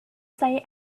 say